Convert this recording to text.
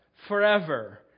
forever